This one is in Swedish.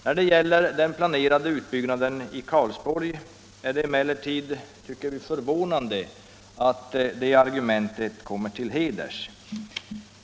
När det gäller den planerade utbyggnaden i Karlsborg är det emellertid, tycker vi, förvånande att det argumentet kommer till heders.